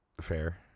Fair